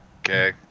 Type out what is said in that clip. Okay